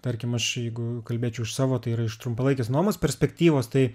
tarkim aš jeigu kalbėčiau už savo tai yra iš trumpalaikės nuomos perspektyvos tai